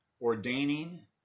ordaining